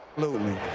lutely.